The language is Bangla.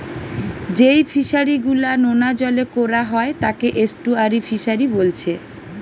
যেই ফিশারি গুলা নোনা জলে কোরা হয় তাকে এস্টুয়ারই ফিসারী বোলছে